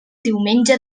diumenge